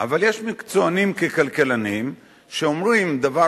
אבל יש מקצוענים ככלכלנים שאומרים דבר